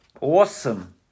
Awesome